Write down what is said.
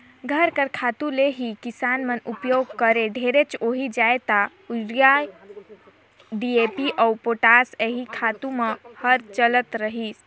घर कर खातू ल ही किसान मन उपियोग करें ढेरेच होए जाए ता यूरिया, डी.ए.पी अउ पोटास एही खातू मन हर चलत रहिस